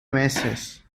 meses